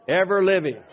ever-living